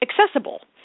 accessible